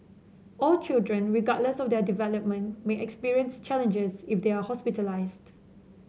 all children regardless of their development may experience challenges if they are hospitalised